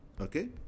okay